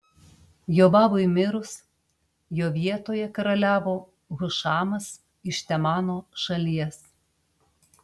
jobabui mirus jo vietoje karaliavo hušamas iš temano šalies